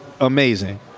amazing